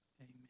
Amen